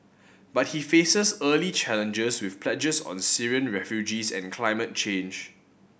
but he faces early challenges with pledges on Syrian refugees and climate change